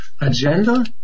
agenda